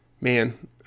man